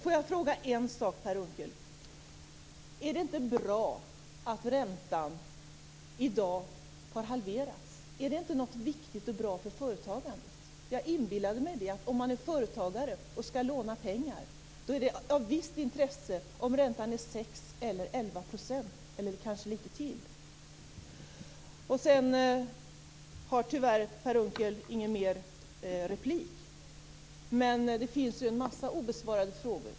Får jag fråga en sak, Per Unckel: Är det inte bra att räntan i dag har halverats? Är det inte någonting viktigt och bra för företagandet? Jag inbillade mig att om man är företagare och skall låna pengar då är det av visst intresse om räntan är 6 eller 11 % eller kanske litet högre. Per Unckel har tyvärr ingen mer replik, men det finns en massa obesvarade frågor.